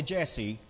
Jesse